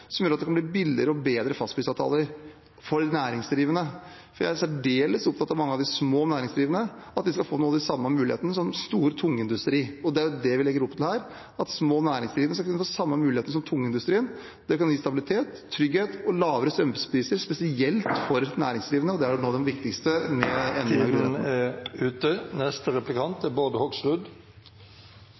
som gjør at det kan bli billigere og bedre fastprisavtaler for næringsdrivende. Vi er særdeles opptatt av at mange av de små næringsdrivende skal få noe av den samme muligheten som stor tungindustri. Det er det vi legger opp til her – at små næringsdrivende skal kunne få samme mulighet som tungindustrien. Det kan gi stabilitet, trygghet og lavere strømpriser , spesielt for næringsdrivende, og det er noe av det viktigste med endringen. Tiden er ute. Det er